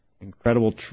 incredible